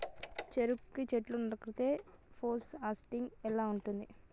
చెరుకు చెట్లు నరకడం లో పోస్ట్ హార్వెస్టింగ్ ఎలా ఉంటది?